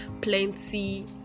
plenty